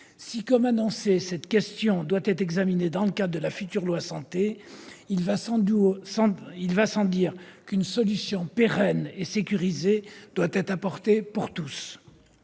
a été annoncé, cette question doit être examinée dans le cadre du futur projet de loi Santé, il va sans dire qu'une solution pérenne et sécurisée doit être apportée pour tous.